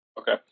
Okay